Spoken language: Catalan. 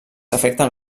afecten